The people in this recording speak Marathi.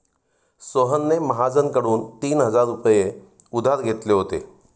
सोहनने महाजनकडून तीन हजार रुपये उधार घेतले होते